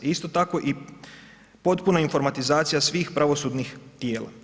A isto tako i potpuna informatizacija svih pravosudnih tijela.